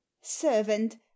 servant